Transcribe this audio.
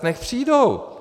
Nechť přijdou.